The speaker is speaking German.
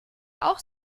auch